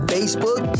Facebook